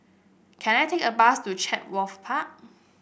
can I take a bus to Chatsworth Park